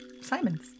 Simon's